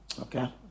Okay